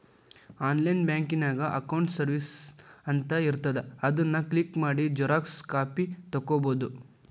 online ಬ್ಯಾಂಕಿನ್ಯಾಗ accounts services ಅಂತ ಇರ್ತಾದ ಅದನ್ ಕ್ಲಿಕ್ ಮಾಡಿ ಝೆರೊಕ್ಸಾ ಕಾಪಿ ತೊಕ್ಕೊಬೋದು